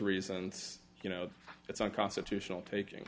reasons you know it's unconstitutional taking